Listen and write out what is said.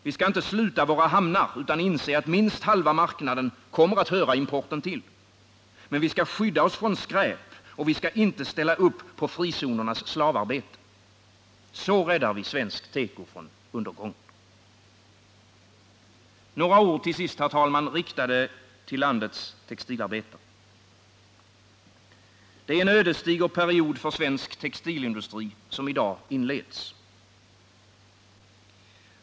Vi skall inte sluta våra hamnar utan inse att minst halva marknaden kommer att höra importen till. Men vi skall skydda oss från skräp, och vi skall inte ställa upp på frizonernas slavarbete. Så räddar vi svensk teko från undergången. Några ord till sist, herr talman, riktade till landets textilarbetare. Det är en ödesdiger period för svensk textilindustri som i dag inleds.